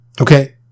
Okay